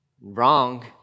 wrong